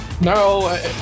No